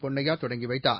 பொன்னையா தொடங்கி வைத்தார்